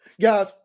Guys